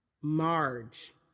Marge